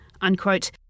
unquote